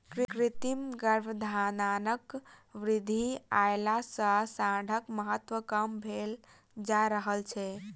कृत्रिम गर्भाधानक विधि अयला सॅ साँढ़क महत्त्व कम भेल जा रहल छै